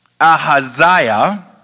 Ahaziah